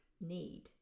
need